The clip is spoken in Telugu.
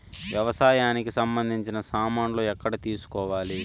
వ్యవసాయానికి సంబంధించిన సామాన్లు ఎక్కడ తీసుకోవాలి?